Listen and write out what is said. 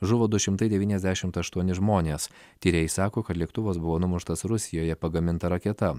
žuvo du šimtai devynisdešimt aštuoni žmonės tyrėjai sako kad lėktuvas buvo numuštas rusijoje pagaminta raketa